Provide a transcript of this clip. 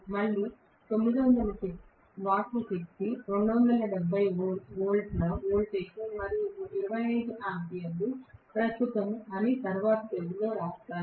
మళ్ళీ 9000 వాట్ల శక్తి 270 వోల్ట్ల వోల్టేజ్ మరియు 25 ఆంపియర్లు ప్రస్తుతము అని తరువాతి పేజీలో వ్రాస్తాను